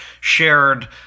shared